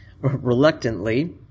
reluctantly